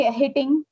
hitting